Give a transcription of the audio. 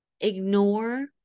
ignore